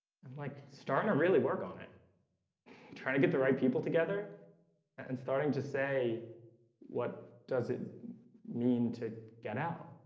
like starting to really work on it trying to get the right people together and starting to say what does it mean to get out?